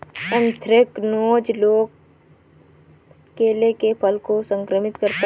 anthracnose रोग केले के फल को संक्रमित करता है